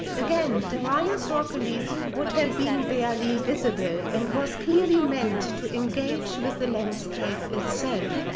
again, darius's rock reliefs would had been barely visible and was clearly meant to engage with the landscape itself,